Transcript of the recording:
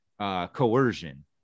coercion